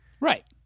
Right